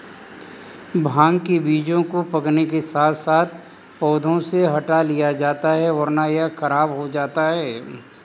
भांग के बीजों को पकने के साथ साथ पौधों से हटा लिया जाता है वरना यह खराब हो जाता है